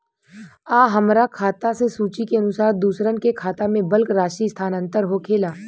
आ हमरा खाता से सूची के अनुसार दूसरन के खाता में बल्क राशि स्थानान्तर होखेला?